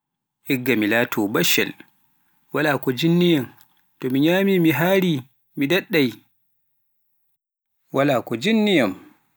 Igga mi laato batschel to mi nyami mi haari, mi daɗɗai waala ko jinniyaam